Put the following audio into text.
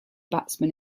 batsman